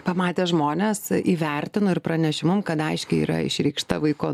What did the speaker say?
pamatę žmonės įvertino ir pranešė mum kad aiškiai yra išreikšta vaiko